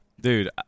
Dude